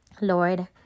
Lord